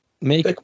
make